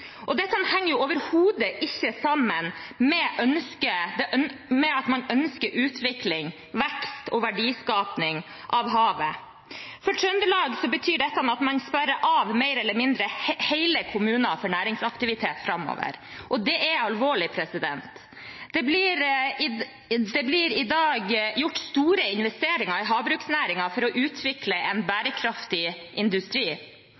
Dette henger overhodet ikke sammen med at man ønsker utvikling, vekst og verdiskaping av havet. For Trøndelag betyr dette at man sperrer av mer eller mindre hele kommunen for næringsaktivitet framover – og det er alvorlig. Det blir i dag gjort store investeringer i havbruksnæringen for å utvikle en bærekraftig industri